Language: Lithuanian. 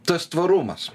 tas tvarumas